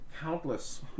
countless